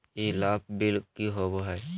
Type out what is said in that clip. ई लाभ बिल की होबो हैं?